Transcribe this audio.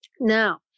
Now